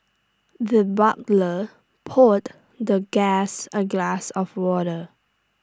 the butler poured the guest A glass of water